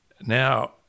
Now